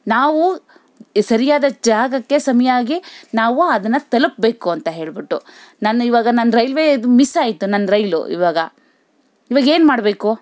ನಾವು ಸರಿಯಾದ ಜಾಗಕ್ಕೆ ಸರಿಯಾಗಿ ನಾವು ಅದನ್ನು ತಲುಪ್ಬೇಕು ಅಂತ ಹೇಳ್ಬಿಟ್ಟು ನನ್ನ ಇವಾಗ ನನ್ನ ರೈಲ್ವೇದು ಮಿಸ್ ಆಯಿತು ನನ್ನ ರೈಲು ಇವಾಗ ಇವಾಗೇನು ಮಾಡಬೇಕು